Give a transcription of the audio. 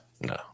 No